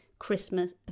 Christmas